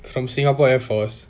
from singapore air force